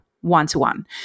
one-to-one